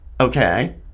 Okay